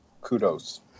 Kudos